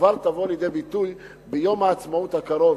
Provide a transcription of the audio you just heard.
תבוא לידי ביטוי כבר ביום העצמאות הקרוב,